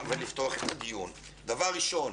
דבר ראשון,